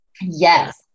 Yes